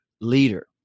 leader